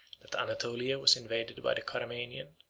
that anatolia was invaded by the caramanian,